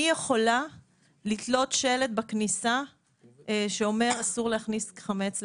אני יכולה לתלות שלט בכניסה שאומר אסור להכניס חמץ?